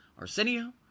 Arsenio